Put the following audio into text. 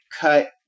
cut